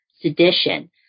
sedition